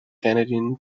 canadian